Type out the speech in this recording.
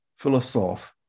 philosoph